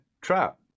trap